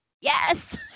yes